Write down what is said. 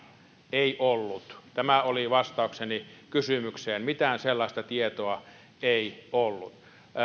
ei ollut tämä oli vastaukseni kysymykseen mitään sellaista tietoa ei ollut